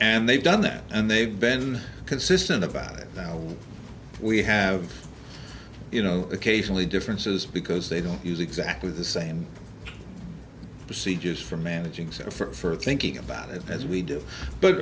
and they've done that and they've been consistent about it now we have you know occasionally differences because they don't use exactly the same procedures for managing so for thinking about it as we do but